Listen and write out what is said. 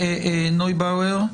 רני נויבואר,